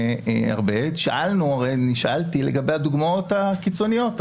נשאלתי לגבי הדוגמאות הקיצוניות.